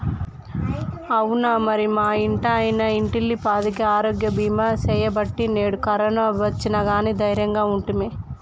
అవునా మరి మా ఇంటాయన ఇంటిల్లిపాదికి ఆరోగ్య బీమా సేయబట్టి నేడు కరోనా ఒచ్చిన గానీ దైర్యంగా ఉంటిమి